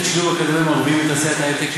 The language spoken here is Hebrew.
לשילוב אקדמאים ערבים בתעשיית ההיי-טק,